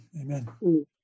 Amen